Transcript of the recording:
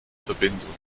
verbindung